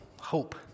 hope